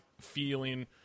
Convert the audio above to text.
feeling –